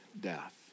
death